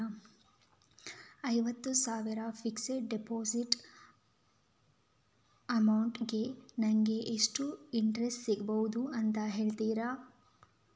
ಐವತ್ತು ಸಾವಿರ fixed deposit amount ಗೆ ನಂಗೆ ಎಷ್ಟು ಇಂಟ್ರೆಸ್ಟ್ ಸಿಗ್ಬಹುದು ಅಂತ ಹೇಳ್ತೀರಾ?